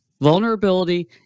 vulnerability